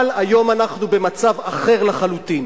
אבל היום אנחנו במצב אחר לחלוטין.